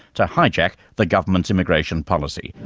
to hijack the government's immigration policy.